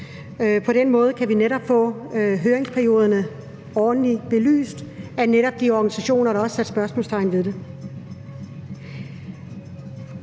På den måde kan vi netop få høringsperioderne ordentligt belyst af netop de organisationer, der også satte spørgsmålstegn ved det.